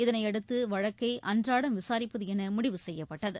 இதனையடுத்து வழக்கை அன்றாடம் விசாரிப்பது என முடிவு செய்யப்பட்டது